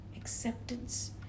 acceptance